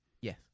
Yes